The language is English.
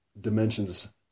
dimensions